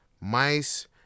mice